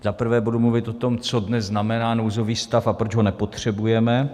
Za prvé budu mluvit o tom, co dnes znamená nouzový stav a proč ho nepotřebujeme.